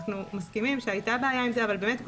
אנחנו מסכימים שהייתה עם זה בעיה אבל כל